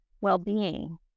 well-being